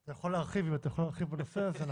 אתה יכול להרחיב בנושא הזה,